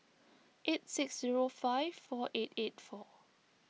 eight six zero five four eight eight four